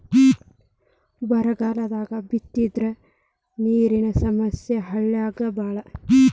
ಬರಗಾಲ ಬಿತ್ತಂದ್ರ ನೇರಿನ ಸಮಸ್ಯೆ ಹಳ್ಳ್ಯಾಗ ಬಾಳ